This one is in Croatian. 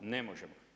Ne možemo.